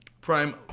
Prime